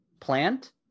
plant